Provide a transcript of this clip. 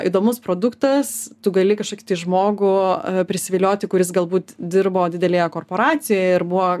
įdomus produktas tu gali kažkokį tai žmogų prisivilioti kuris galbūt dirbo didelėje korporacijoje ir buvo